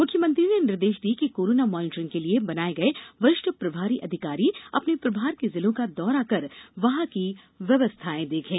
मुख्यमंत्री ने निर्देश दिए कि कोरोना मॉनीटरिंग के लिए बनाए गए वरिष्ठ प्रभारी अधिकारी अपने प्रभार के जिलों का दौरा ककर वहां की व्यवस्थाएं देखें